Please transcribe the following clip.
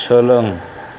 सोलों